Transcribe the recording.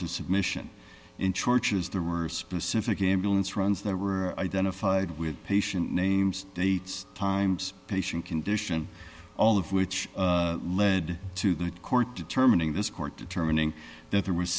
to submission in churches there were specific game balance runs that were identified with patient names dates times patient condition all of which led to the court determining this court determining that there was